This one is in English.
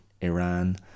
iran